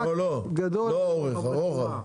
לא האורך, הרוחב.